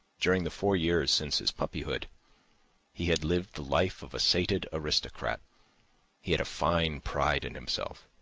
during the four years since his puppyhood he had lived the life of a sated aristocrat he had a fine pride in himself,